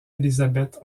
elizabeth